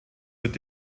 wird